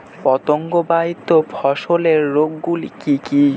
পতঙ্গবাহিত ফসলের রোগ গুলি কি কি?